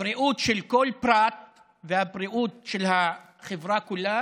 הבריאות של כל פרט והבריאות של החברה כולה